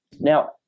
Now